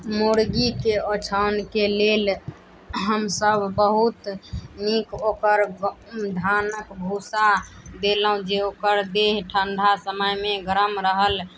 मुर्गीके ओछानके लेल हमसब बहुत नीक ओकर धानक भूषा देलहुॅं जे ओकर देह ठण्डा समयमे गरम रहल